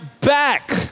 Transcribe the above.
back